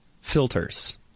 filters